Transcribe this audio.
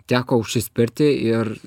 teko užsispirti ir